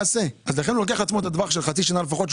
לכן הוא לוקח לעצמו טווח של חצי שנה לפחות,